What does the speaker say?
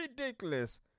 ridiculous